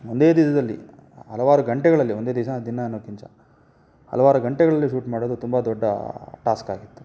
ಒಂದೇ ದಿನದಲ್ಲಿ ಹಲವಾರು ಗಂಟೆಗಳಲ್ಲಿ ಒಂದೇ ದಿವಸ ದಿನ ಅನ್ನೋಕ್ಕಿಂತ ಹಲವಾರು ಗಂಟೆಗಳಲ್ಲಿ ಶೂಟ್ ಮಾಡೋದು ತುಂಬ ದೊಡ್ಡ ಟಾಸ್ಕಾಗಿತ್ತು